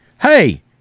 hey